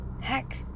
Heck